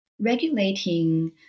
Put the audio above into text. regulating